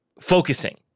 focusing